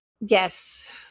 Yes